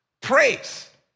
praise